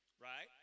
right